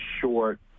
short